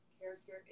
character